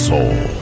Soul